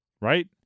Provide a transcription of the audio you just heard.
Right